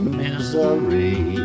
misery